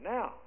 Now